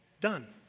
Done